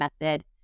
method